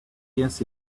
yes